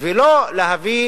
ולא להביא